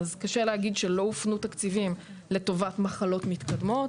קשה להגיד שלא הופנו תקציבים לטובת מחלות מתקדמות,